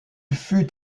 fut